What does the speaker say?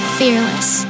fearless